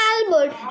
Albert